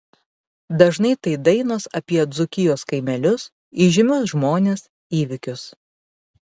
dažnai tai dainos apie dzūkijos kaimelius įžymius žmones įvykius